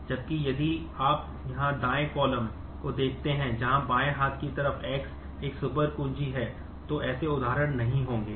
जबकि यदि आप दाएं कॉलम है तो ऐसे उदाहरण नहीं होंगे